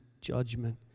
judgment